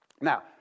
Now